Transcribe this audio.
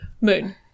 Moon